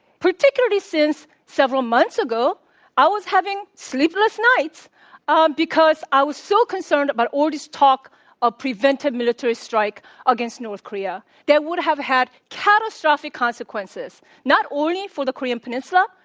particularly since several months ago i was having sleepless nights ah because i was so concerned about all this talk of preventive military strike against north korea. that would have had catastrophic consequences not only for the korean peninsula,